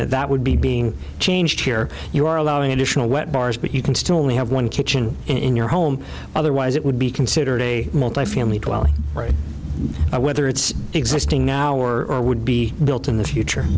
that that would be being changed here you are allowing additional wet bars but you can still only have one kitchen in your home otherwise it would be considered a multifamily right whether it's existing now or would be built in the future